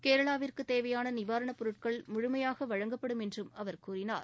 கேரளாவிற்கு தேவையான நிவாரணப் பொருட்கள் முழுமையாக வழங்கப்படும் என்று அவர் கூறினார்